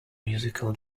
musical